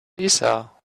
lisa